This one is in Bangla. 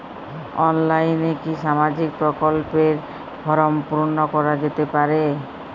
অনলাইনে কি সামাজিক প্রকল্পর ফর্ম পূর্ন করা যেতে পারে?